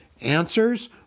Answers